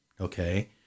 okay